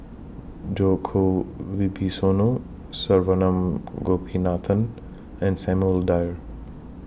Djoko Wibisono Saravanan Gopinathan and Samuel Dyer